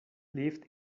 lived